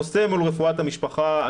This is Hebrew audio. הנושא מול רפואת המשפחה.